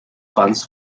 fans